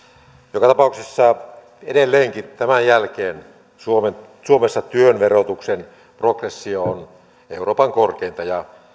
joka tapauksessa edelleenkin tämän jälkeen suomessa työn verotuksen progressio on euroopan korkeinta ja